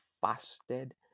fasted